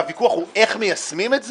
והוויכוח הוא איך מיישמים את זה,